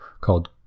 called